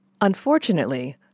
Unfortunately